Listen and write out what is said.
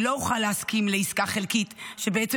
אני לא אוכל להסכים לעסקה חלקית שבעצם